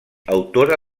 autora